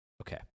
Okay